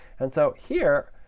and so here,